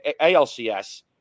ALCS